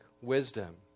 wisdom